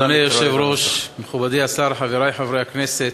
אדוני היושב-ראש, מכובדי השר, חברי חברי הכנסת,